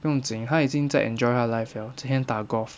不用经他已经在 enjoy 他的 life liao 整天打 golf